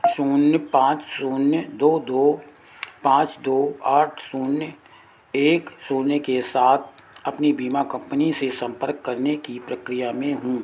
शून्य पाँच शून्य दो दो पाँच दो आठ शून्य एक शून्य के साथ अपनी बीमा कंपनी से संपर्क करने की प्रक्रिया में हूँ